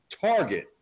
target